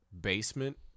basement